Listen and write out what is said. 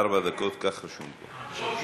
ארבע דקות, כך רשום פה.